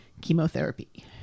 chemotherapy